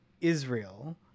Israel